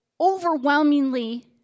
overwhelmingly